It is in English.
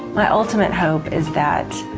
my ultimate hope is that